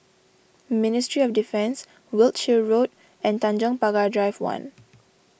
Ministry of Defence Wiltshire Road and Tanjong Pagar Drive one